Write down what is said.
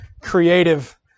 creative